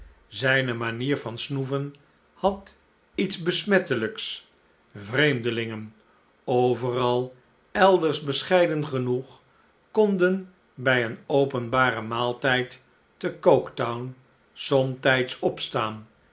zijne manier van snoeven had iets besmettelijks vreemdelingen overal elders bescheiden genoeg konden bij een openbaren maaltijd te coketown somtijds opstaan